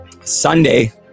Sunday